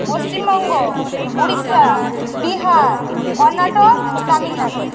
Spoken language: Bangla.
পশ্চিমবঙ্গ উড়িষ্যা বিহার কর্ণাটক তামিলনাড়ু